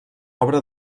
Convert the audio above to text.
obra